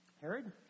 Herod